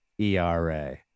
ERA